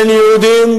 בין יהודים,